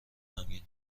غمگین